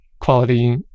quality